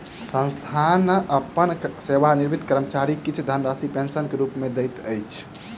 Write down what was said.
संस्थान अपन सेवानिवृत कर्मचारी के किछ धनराशि पेंशन के रूप में दैत अछि